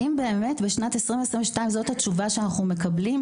האם באמת בשנת 2022 זאת התשובה שאנחנו מקבלים?